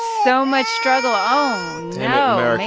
so much struggle ah oh,